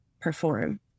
perform